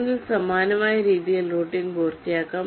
3 ൽ സമാനമായ രീതിയിൽ റൂട്ടിംഗ് പൂർത്തിയാക്കാം